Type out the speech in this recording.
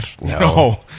No